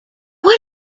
what